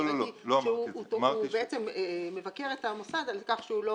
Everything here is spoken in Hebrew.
ראיתי שהוא מבקר את המוסד על כך שהוא לא